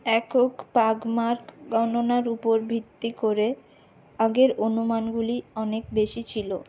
একক পাগমার্ক গণনার উপর ভিত্তি করে আগের অনুমানগুলি অনেক বেশি ছিলো